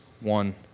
one